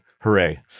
Hooray